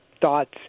thoughts